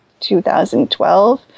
2012